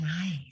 nice